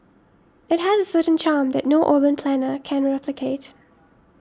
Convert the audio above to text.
it has a certain charm that no urban planner can replicate